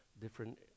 different